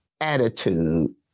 attitude